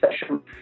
session